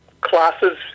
classes